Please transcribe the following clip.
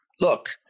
Look